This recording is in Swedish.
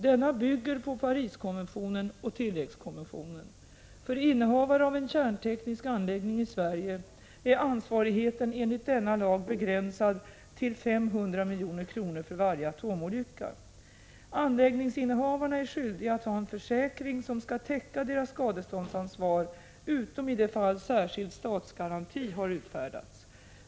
Denna bygger på Pariskonventionen och tilläggskonventionen. För innehavare av en kärnteknisk anläggning i Sverige är ansvarigheten enligt denna lag begränsad till 500 milj.kr. för varje atomolycka. Anläggningsinnehavarna är skyldiga att ha en försäkring som skall täcka deras skadeståndsansvar, utom i de fall särskild statsgaranti har utfärdats.